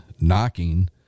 knocking